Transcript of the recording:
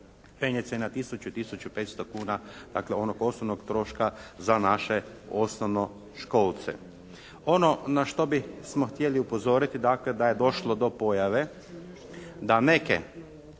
penje se na 1000 i 1500 kuna. Dakle onog osnovnog troška za naše osnovnoškolce. Ono na što bismo htjeli upozoriti dakle da je došlo do pojave da neke